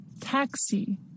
Taxi